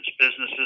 businesses